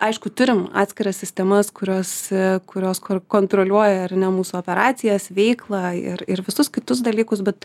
aišku turim atskiras sistemas kurios kurios kontroliuoja ar ne mūsų operacijas veiklą ir ir visus kitus dalykus bet